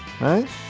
Right